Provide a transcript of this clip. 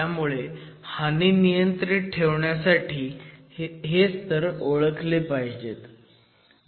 त्यामुळे हानी नियंत्रीत ठेवण्यासाठी हे स्तर ओळखले पाहिजेत